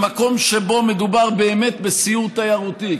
במקום שבו מדובר באמת בסיור תיירותי,